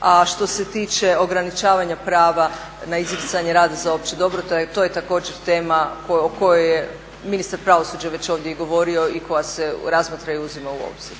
A što se tiče ograničavanja prava na izricanje rada za opće dobro to je također tema o kojoj je ministar pravosuđa već ovdje i govorio i koja se razmatra i uzima u obzir.